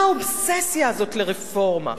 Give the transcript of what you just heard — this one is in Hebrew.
מה האובססיה הזאת לרפורמה?